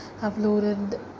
uploaded